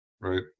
right